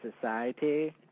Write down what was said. society